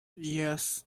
yes